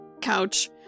couch